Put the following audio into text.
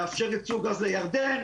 מאפשר ייצוא גז לירדן,